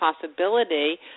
possibility